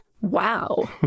Wow